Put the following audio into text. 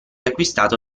acquistato